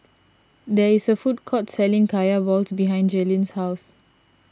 there is a food court selling Kaya Balls behind Jaelyn's house